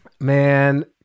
Man